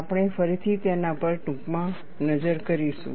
આપણે ફરીથી તેના પર ટૂંકમાં નજર કરીશું